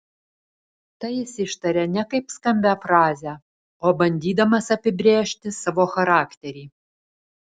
tai jis ištaria ne kaip skambią frazę o bandydamas apibrėžti savo charakterį